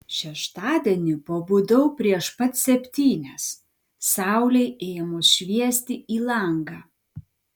šeštadienį pabudau prieš pat septynias saulei ėmus šviesti į langą